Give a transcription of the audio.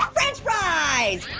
french fries.